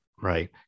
Right